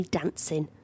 dancing